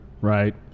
Right